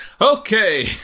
Okay